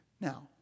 Now